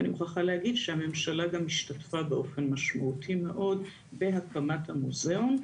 אני מוכרחה להגיד שהממשלה גם השתתפה באופן משמעותי מאוד בהקמת המוזיאון.